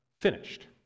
finished